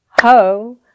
Ho